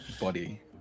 body